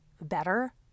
better